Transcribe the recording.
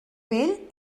vell